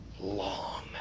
long